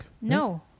No